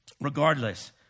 Regardless